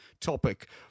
topic